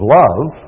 love